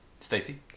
Stacey